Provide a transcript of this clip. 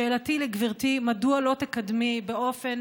שאלתי לגברתי: מדוע לא תקדמי באופן